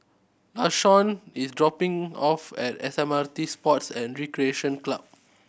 Lashawn is dropping off at S M R T Sports and Recreation Club